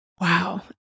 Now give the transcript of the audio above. Wow